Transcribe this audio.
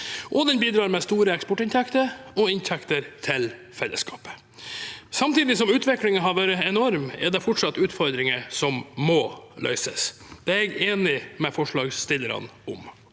noe. Den bidrar også med store eksportinntekter og inntekter til fellesskapet. Samtidig som utviklingen har vært enorm, er det fortsatt utfordringer som må løses. Det er jeg enig med forslagsstillerne i.